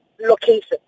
location